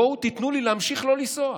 בואו תיתנו לי להמשיך לא לנסוע.